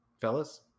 fellas